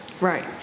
Right